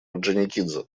орджоникидзе